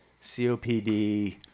copd